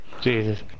Jesus